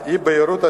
האי-בהירות,